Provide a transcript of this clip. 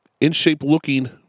in-shape-looking